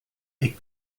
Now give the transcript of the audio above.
est